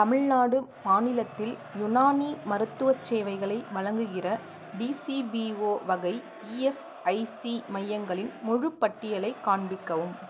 தமிழ்நாடு மாநிலத்தில் யுனானி மருத்துவச் சேவைகளை வழங்குகிற டிசிபிஒ வகை இஎஸ்ஐசி மையங்களின் முழுப்பட்டியலைக் காண்பிக்கவும்